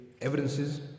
evidences